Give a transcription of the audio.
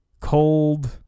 cold